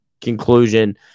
conclusion